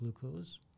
glucose